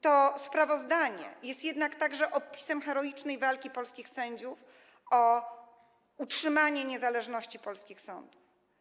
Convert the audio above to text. To sprawozdanie jest jednak także opisem heroicznej walki polskich sędziów o utrzymanie niezależności polskich sądów.